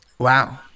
Wow